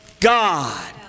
God